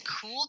cool